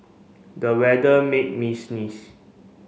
the weather made me sneeze